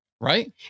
Right